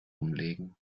umlegen